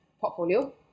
portfolio